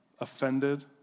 offended